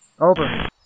Over